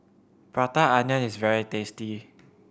Prata Onion is very tasty